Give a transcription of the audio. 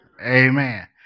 Amen